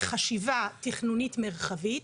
בחשיבה תכנונית מרחבית,